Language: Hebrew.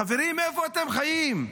חברים, איפה אתם חיים,